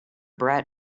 bret